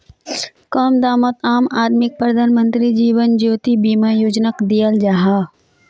कम दामोत आम आदमीक प्रधानमंत्री जीवन ज्योति बीमा योजनाक दियाल जाहा